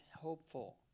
hopeful